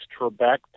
Trebek